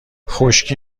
خشکی